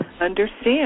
understand